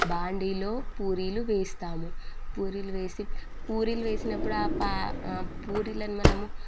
బాండీలో పూరీలు వేస్తాము పూరీలు వేసి పూరీలు వేసినప్పుడు పా పూరీలను మనము